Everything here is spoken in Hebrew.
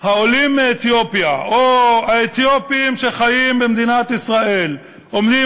שהעולים מאתיופיה או האתיופים שחיים במדינת ישראל עומדים